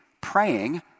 praying